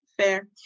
fair